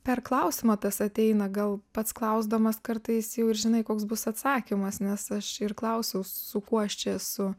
per klausimą tas ateina gal pats klausdamas kartais jau ir žinai koks bus atsakymas nes aš ir klausiau su kuo aš čia esu